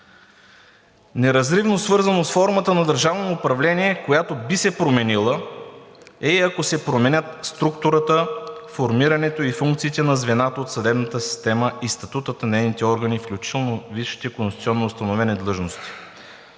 „Неразривно свързано с формата на държавно управление, която би се променила, е и ако се променят структурата, формирането и функциите на звената от съдебната система и статутът на нейните органи, включително висшите конституционно установени длъжности.